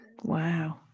Wow